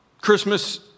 Christmas